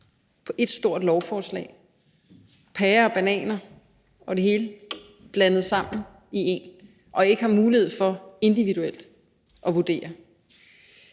på ét stort lovforslag, pærer og bananer og det hele blandet sammen i et, og at man ikke har mulighed for at vurdere